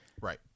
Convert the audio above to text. Right